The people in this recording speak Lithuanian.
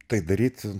tai daryt